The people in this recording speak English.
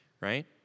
right